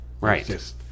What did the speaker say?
Right